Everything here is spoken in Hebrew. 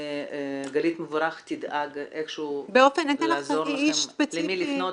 שגלית מבורך תדאג איכשהו לעזור לכם למי לפנות